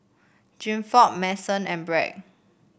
Gilford Mason and Bret